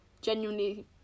genuinely